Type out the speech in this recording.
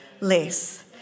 less